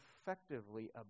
effectively